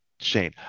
Shane